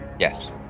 Yes